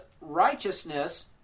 righteousness